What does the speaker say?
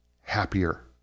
happier